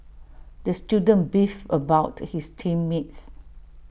the student beefed about his team mates